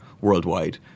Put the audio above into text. worldwide